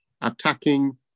attacking